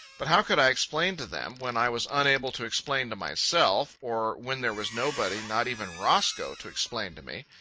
but how could i explain to them, when i was unable to explain to myself, or when there was nobody, not even roscoe, to explain to me?